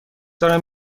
دارم